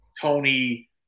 Tony